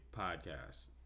podcast